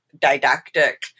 didactic